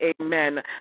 amen